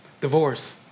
Divorce